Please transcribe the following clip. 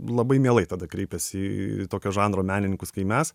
labai mielai tada kreipiasi į į tokio žanro menininkus kaip mes